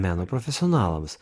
meno profesionalams